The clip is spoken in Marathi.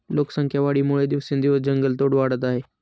लोकसंख्या वाढीमुळे दिवसेंदिवस जंगलतोड वाढत आहे